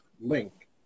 link